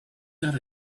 got